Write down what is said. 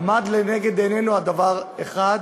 עמד לנגד עינינו דבר אחד: